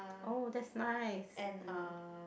oh that's nice um